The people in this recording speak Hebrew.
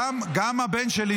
גם הבן שלי,